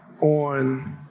on